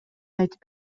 айтып